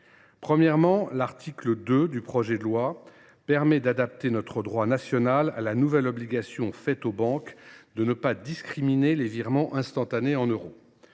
Premièrement, l’article 2 du projet de loi permet d’adapter notre droit national à la nouvelle obligation faite aux banques de ne pas discriminer les virements instantanés en euros.